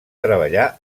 treballar